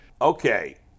Okay